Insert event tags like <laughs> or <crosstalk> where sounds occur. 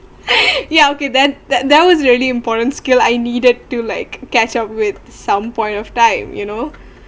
<laughs> ya okay that that that was really important skill I needed to like catch up with some point of time you know